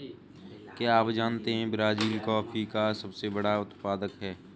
क्या आप जानते है ब्राज़ील कॉफ़ी का सबसे बड़ा उत्पादक है